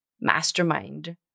mastermind